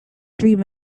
dream